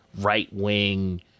Right-wing